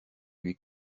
lui